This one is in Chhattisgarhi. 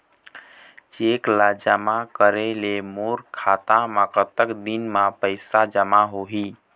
चेक ला जमा करे ले मोर खाता मा कतक दिन मा पैसा जमा होही?